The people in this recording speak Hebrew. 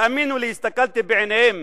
תאמינו לי, הסתכלתי בעיניהם